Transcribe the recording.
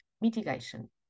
mitigation